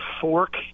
fork